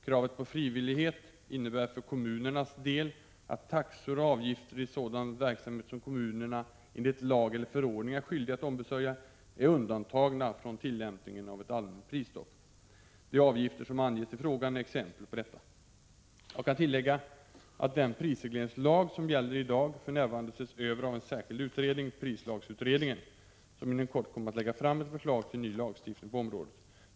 Kravet på frivillighet innebär för kommunernas del att taxor och avgifter i sådan verksamhet som kommunerna enligt lag eller förordning är skyldiga att ombesörja är undantagna från tillämpningen av ett allmänt prisstopp. De avgifter som anges i frågan är exempel på detta. Jag kan tillägga att den prisregleringslag som gäller i dag för närvarande ses över av en särskild utredning, prislagsutredningen, som inom kort kommer att lägga fram ett förslag till ny lagstiftning på området.